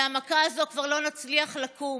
מהמכה הזו כבר לא נצליח לקום,